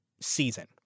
season